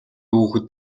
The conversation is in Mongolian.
хүүхэд